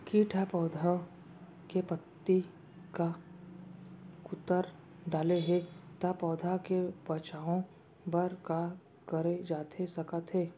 किट ह पौधा के पत्ती का कुतर डाले हे ता पौधा के बचाओ बर का करे जाथे सकत हे?